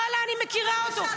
ואללה, אני מכירה אותו.